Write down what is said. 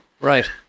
right